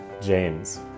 James